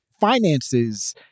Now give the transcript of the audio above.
finances